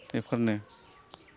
बेफोरनो